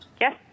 Yes